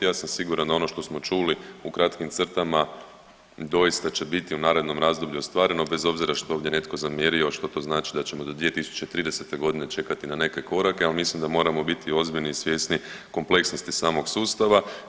Ja sam siguran da ono što smo čuli u kratkim crtama doista će biti u narednom razdoblju ostvareno bez obzira što ovdje netko zamjerio što to znači da ćemo do 2030. godine čekati na neke korake, ali mislim da moramo biti ozbiljni i svjesni kompleksnosti samog sustava.